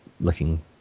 looking